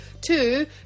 Two